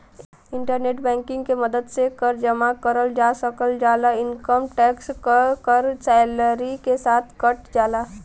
internet banking के मदद से कर जमा करल जा सकल जाला इनकम टैक्स क कर सैलरी के साथ कट जाला